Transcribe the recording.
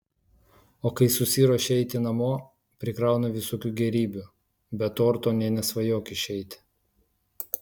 o kai susiruošia eiti namo prikrauna visokių gėrybių be torto nė nesvajok išeiti